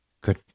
good